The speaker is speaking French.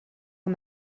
aux